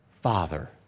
Father